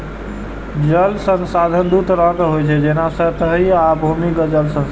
जल संसाधन दू तरहक होइ छै, जेना सतही आ भूमिगत जल संसाधन